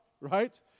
right